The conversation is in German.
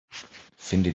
finde